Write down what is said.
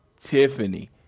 Tiffany